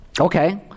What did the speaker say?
Okay